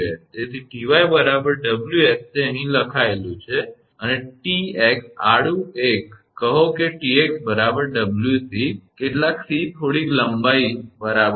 તેથી 𝑇𝑦 𝑊𝑠 તે અહીં લખાયેલું છે અને 𝑇𝑥 આડું એક કહો 𝑇𝑥 𝑊𝑐 કેટલાક 𝑐 થોડીક લંબાઈ બરાબર છે